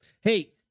Hey